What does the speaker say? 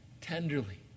tenderly